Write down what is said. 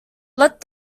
let